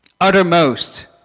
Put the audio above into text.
uttermost